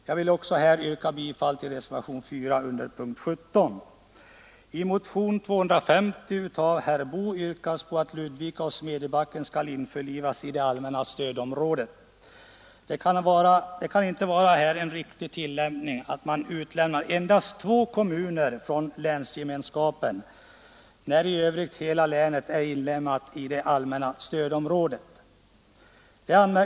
Jag vill här yrka bifall till reservationen 4 under punkten 17. I motionen 250 av herr Boo m.fl. yrkas att Ludvika och Smedjebacken skall införlivas med det allmänna stödområdet. Det kan inte vara en riktig tillämpning att utelämna endast dessa två kommuner från länsgemenskapen, när i övrigt hela länet är inlemmat i det allmänna stödområdet.